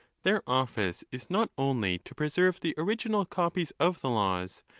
their office is not only to preserve the original copies of the laws,